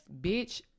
Bitch